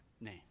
name